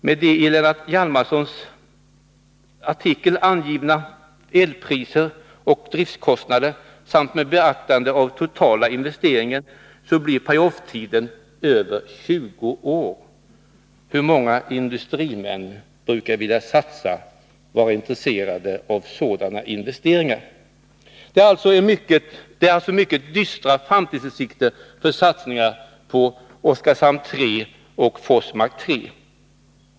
Med de i Lennart Hjalmarssons artikel angivna elpriserna och driftkostnaderna samt med beaktande av den totala investeringen blir pay off-tiden över 20 år. Hur många industrimän brukar vara intresserade av sådana investeringar? Det är alltså mycket dystra framtidsutsikter för satsningarna på Oskarshamn 3 och Forsmark 3.